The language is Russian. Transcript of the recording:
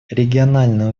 региональные